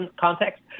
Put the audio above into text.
context